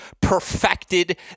perfected